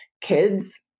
kids